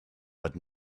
but